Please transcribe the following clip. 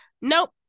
Nope